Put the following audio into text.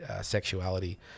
Sexuality